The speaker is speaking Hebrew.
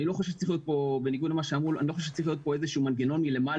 אני לא חושב שצריך להיות פה איזה שהוא מנגנון מלמעלה,